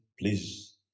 please